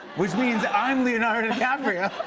which means i'm leonardo dicaprio.